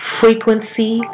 frequency